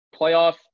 playoff